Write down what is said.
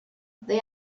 they